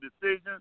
decision